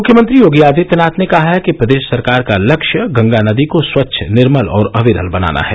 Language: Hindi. मुख्यमंत्री योगी आदित्यनाथ ने कहा है कि प्रदेश सरकार का लक्ष्य गंगा नदी को स्वच्छ निर्मल और अविरल बनाना है